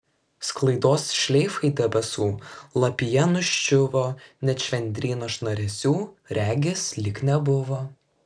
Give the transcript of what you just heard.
sklaidos šleifai debesų lapija nuščiuvo net švendryno šnaresių regis lyg nebuvo